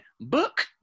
book